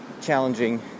challenging